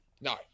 No